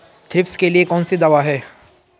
Thrips के लिए कौन सी दवा है?